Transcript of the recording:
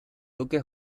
duque